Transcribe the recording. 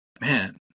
Man